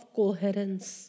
coherence